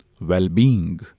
well-being